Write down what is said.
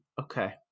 Okay